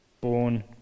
born